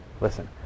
Listen